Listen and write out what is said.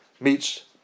meets